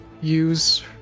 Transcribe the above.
use